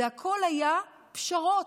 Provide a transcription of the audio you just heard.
זה הכול היה פשרות,